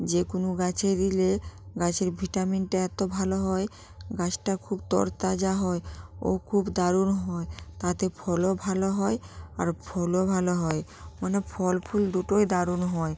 যেকোনো গাছে দিলে গাছের ভিটামিনটা এত ভালো হয় গাছটা খুব তরতাজা হয় ও খুব দারুণ হয় তাতে ফলও ভালো হয় আর ফুলও ভালো হয় মানে ফল ফুল দুটোই দারুণ হয়